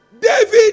david